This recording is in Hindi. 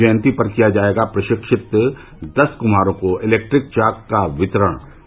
गांधी जयंती पर किया जायेगा प्रषिक्षित दस कुम्हारो को एलेक्ट्रिक चाक का वितरण